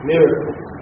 Miracles